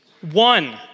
One